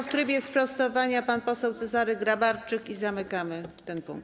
W trybie sprostowania pan poseł Cezary Grabarczyk i zamkniemy ten punkt.